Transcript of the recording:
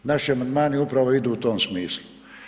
Naši amandmani upravo idu u tom smislu.